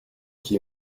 qui